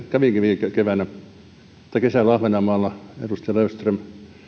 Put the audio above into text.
kävinkin viime kesänä ahvenanmaalla edustaja löfström